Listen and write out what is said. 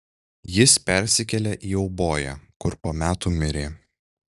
jis persikėlė į euboją kur po metų mirė